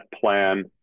plan